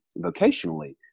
vocationally